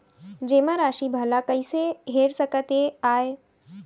जेमा राशि भला कइसे हेर सकते आय?